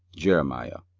jeremiah,